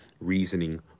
reasoning